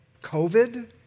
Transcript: COVID